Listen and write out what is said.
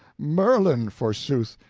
merlin, forsooth!